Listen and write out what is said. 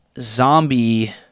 zombie